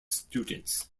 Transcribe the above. students